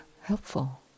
helpful